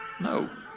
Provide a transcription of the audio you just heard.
No